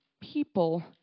people